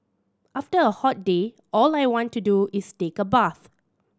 after a hot day all I want to do is take a bath